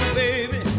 baby